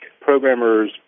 Programmer's